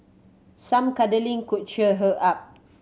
some cuddling could cheer her up